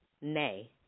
Nay